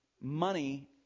money